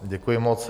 Děkuji moc.